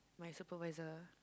my supervisor